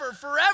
forever